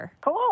Cool